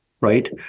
right